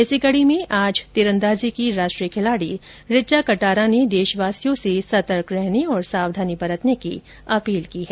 इसी कड़ी में आज तीरंदाजी की राष्ट्रीय खिलाड़ी ऋचा कटारा ने देशवासियों से सतर्क रहने और सावधानी बरतने की अपील की है